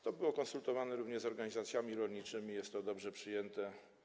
To było konsultowane również z organizacjami rolniczymi, jest to dobrze przyjmowane.